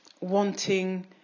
wanting